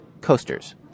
coasters